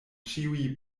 ĉiuj